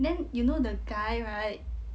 then you know the guy right